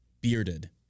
bearded